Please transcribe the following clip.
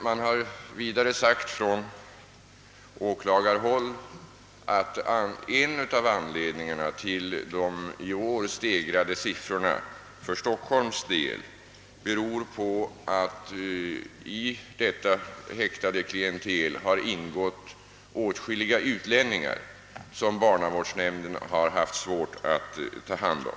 Från åklagarhåll har vidare sagts att en av anledningarna till att siffrorna i år har stigit för Stockholms del är att i det häktade klientelet ingått åtskilliga utlänningar som barnavårdsnämnden har haft svårt att ta hand om.